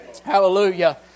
Hallelujah